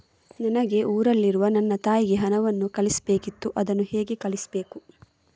ನನಗೆ ಊರಲ್ಲಿರುವ ನನ್ನ ತಾಯಿಗೆ ಹಣವನ್ನು ಕಳಿಸ್ಬೇಕಿತ್ತು, ಅದನ್ನು ಹೇಗೆ ಕಳಿಸ್ಬೇಕು?